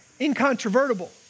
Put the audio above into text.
incontrovertible